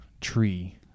tree